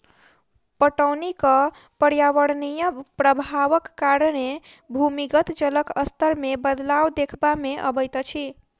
पटौनीक पर्यावरणीय प्रभावक कारणें भूमिगत जलक स्तर मे बदलाव देखबा मे अबैत अछि